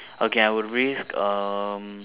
okay I would risk um